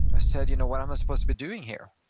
ah said, you know what am i supposed to be doing here?